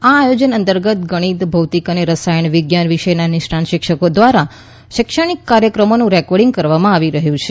આ આયોજન અંતર્ગત ગણિત ભૌતિક અને રસાયણ વિજ્ઞાન વિષયના નિષ્ણાંત શિક્ષકો દ્વારા શૈક્ષણિક કાર્યક્રમોનું રેકોર્ડીંગ કરવામાં આવી રહ્યું છે